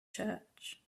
church